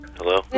Hello